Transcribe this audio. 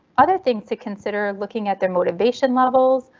other things to consider looking at their motivation levels,